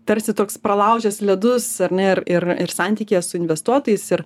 tarsi toks pralaužęs ledus ar ne ir ir ir santykyje su investuotojais ir